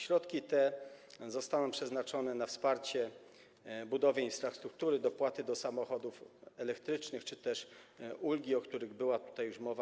Środki te zostaną przeznaczone na pomoc w budowie infrastruktury, dopłaty do samochodów elektrycznych czy też ulgi, o których była tutaj już mowa.